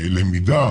למידה,